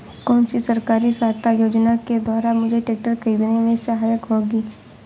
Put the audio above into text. कौनसी सरकारी सहायता योजना के द्वारा मुझे ट्रैक्टर खरीदने में सहायक होगी?